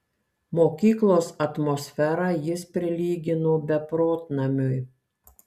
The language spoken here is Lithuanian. mokyklos atmosferą jis prilygino beprotnamiui